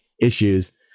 issues